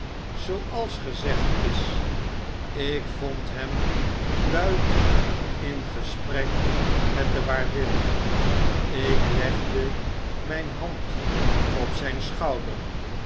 zooals gezegd is ik vond hem buiten in gesprek met de waardin ik legde mjjn hand op zjjn schouder